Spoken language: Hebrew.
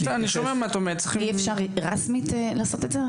אי אפשר רשמית לעשות את זה?